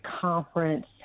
conference